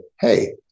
hey